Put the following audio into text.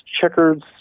checkers